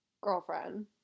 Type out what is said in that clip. girlfriend